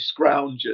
scroungers